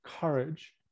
courage